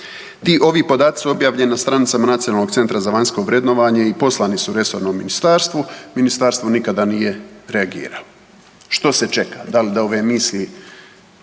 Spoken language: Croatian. Ti, ovi podaci objavljeni na stranicama NCVVO-a i poslani su resornom ministarstvu, ministarstvo nikada nije reagiralo. Što se čeka, da li da ove misli